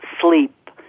sleep